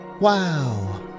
Wow